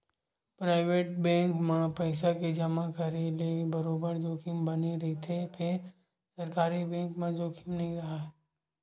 private bank म पइसा के जमा करे ले बरोबर जोखिम बने रहिथे फेर सरकारी बेंक म जोखिम नइ राहय